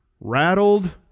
rattled